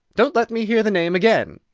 don't let me hear the name again!